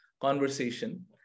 conversation